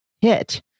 hit